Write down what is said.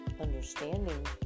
understanding